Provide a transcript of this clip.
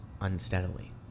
unsteadily